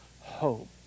hope